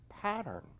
pattern